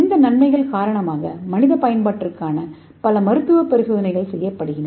இந்த நன்மைகள் காரணமாக மனித பயன்பாட்டிற்கான பல மருத்துவ பரிசோதனைகள் செய்யப்படுகின்றன